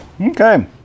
Okay